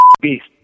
beast